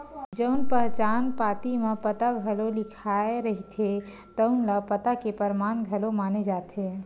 जउन पहचान पाती म पता घलो लिखाए रहिथे तउन ल पता के परमान घलो माने जाथे